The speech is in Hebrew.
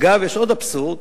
אגב, יש עוד אבסורד,